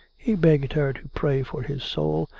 he begged her to pray for his soul,